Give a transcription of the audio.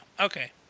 okay